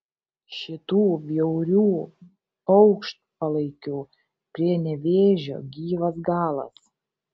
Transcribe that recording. šitų bjaurių paukštpalaikių prie nevėžio gyvas galas